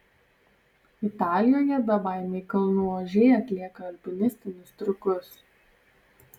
italijoje bebaimiai kalnų ožiai atlieka alpinistinius triukus